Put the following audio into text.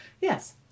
Yes